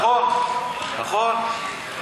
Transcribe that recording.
אה, נכון, נכון.